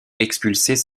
expulsés